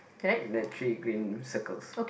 there are three green circles